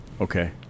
okay